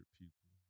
people